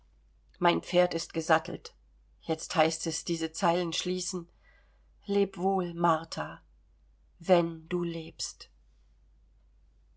mein pferd ist gesattelt jetzt heißt es diese zeilen schließen leb wohl martha wenn du lebst